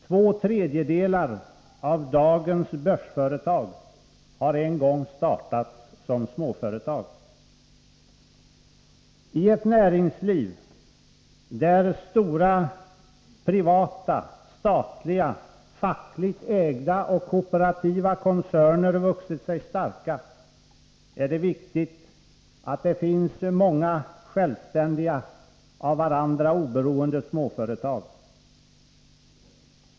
Två tredjedelar av dagens börsföretag har en gång startats som småföretag. I ett näringsliv där stora privata, statliga, fackligt ägda och kooperativa koncerner vuxit sig starka är det viktigt att det finns många självständiga, av varandra oberoende småföretag.